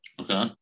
Okay